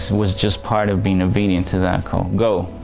so was just part of being obedient to that call go.